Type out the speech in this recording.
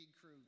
crew